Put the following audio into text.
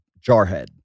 jarhead